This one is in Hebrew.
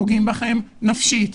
פוגעים בכם נפשית,